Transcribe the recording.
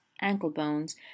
ankle-bones